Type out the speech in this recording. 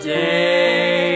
day